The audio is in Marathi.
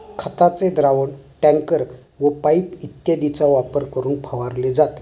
खताचे द्रावण टँकर व पाइप इत्यादींचा वापर करून फवारले जाते